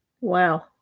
Wow